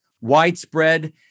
widespread